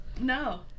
No